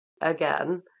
again